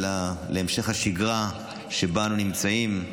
להמשך השגרה שבה אנו נמצאים,